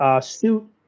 suit